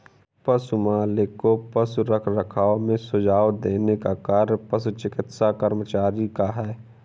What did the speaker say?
पशु मालिक को पशु रखरखाव में सुझाव देने का कार्य पशु चिकित्सा कर्मचारी का है